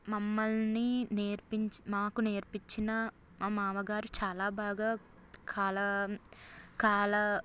మమ్మల్ని నేర్పించి మాకు నేర్పించిన మా మామగారు చాలా బాగా కాల కాల